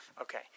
Okay